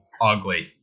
ugly